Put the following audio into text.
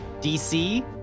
DC